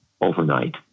overnight